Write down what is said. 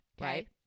right